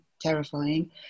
terrifying